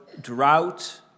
drought